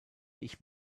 ich